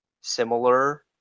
similar